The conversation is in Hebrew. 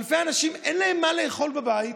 לאלפי אנשים אין מה לאכול בבית,